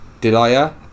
Delia